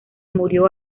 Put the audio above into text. murió